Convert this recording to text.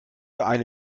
eine